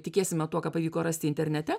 tikėsime tuo ką pavyko rasti internete